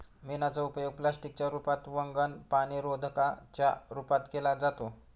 मेणाचा उपयोग प्लास्टिक च्या रूपात, वंगण, पाणीरोधका च्या रूपात केला जातो